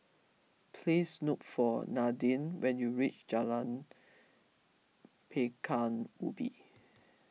please look for Nadine when you reach Jalan Pekan Ubin